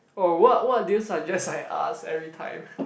oh what what do you suggest I ask everytime